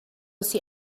see